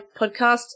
podcast